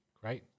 Great